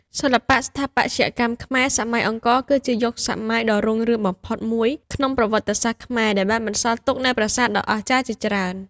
សិល្បៈស្ថាបត្យកម្មខ្មែរសម័យអង្គរ គឺជាយុគសម័យដ៏រុងរឿងបំផុតមួយក្នុងប្រវត្តិសាស្រ្តខ្មែរ ដែលបានបន្សល់ទុកនូវប្រាសាទដ៏អស្ចារ្យជាច្រើន។